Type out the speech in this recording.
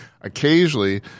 Occasionally